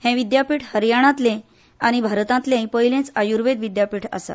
हें विद्यापीठ हरयाणांतले आनी भारतांतलेंय पयलेंच आयूर्वेद विद्यापीठ आसा